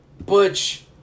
Butch